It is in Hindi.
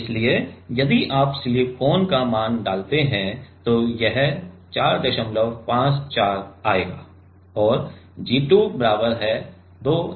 इसलिए यदि आप सिलिकॉन का मान डालते हैं तो यह 454 आएगा और g2 बराबर है 233 के